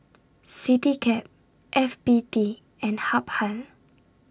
Citycab F B T and Habhal